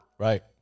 Right